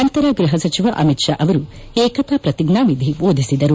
ನಂತರ ಗೃಹ ಸಚಿವ ಅಮಿತ್ ಶಾ ಅವರು ಏಕತಾ ಪ್ರತಿಜ್ಞಾನಿಧಿ ಬೋಧಿಸಿದರು